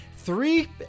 three